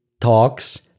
talks